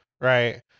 Right